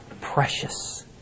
precious